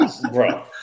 bro